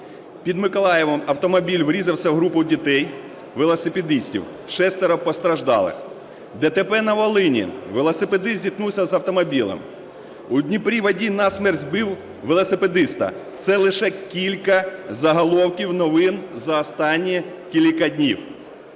"Під Миколаєвом автомобіль врізався в групу дітей велосипедистів – шестеро постраждалих". "ДТП на Волині – велосипедист зіткнувся з автомобілем". "У Дніпрі водій на смерть збив велосипедиста". Це лише кілька заголовків новин за останні кілька днів.